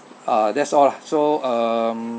ah that's all lah so um